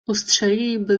ustrzeliliby